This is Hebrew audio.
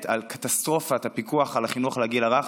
על קטסטרופת הפיקוח על החינוך לגיל הרך.